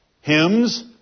hymns